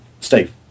Steve